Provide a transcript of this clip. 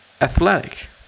athletic